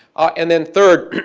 and then, third,